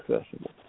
accessible